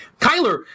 Kyler